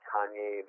Kanye